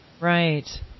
Right